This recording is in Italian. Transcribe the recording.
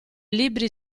libri